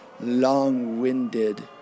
long-winded